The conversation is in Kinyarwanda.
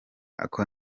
ako